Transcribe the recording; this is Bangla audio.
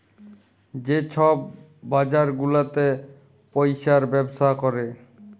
যে ছব বাজার গুলাতে পইসার ব্যবসা ক্যরে